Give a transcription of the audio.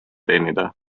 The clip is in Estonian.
teenida